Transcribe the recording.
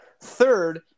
third